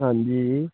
ਹਾਂਜੀ